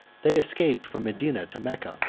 they escaped from medina to mecca,